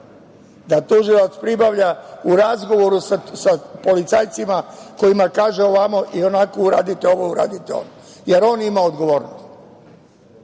da tužilac pribavlja u razgovoru sa policajcima kojima kaže ovamo i onako, uradite ovo, uradite ono, jer on ima odgovornost.